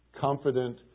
Confident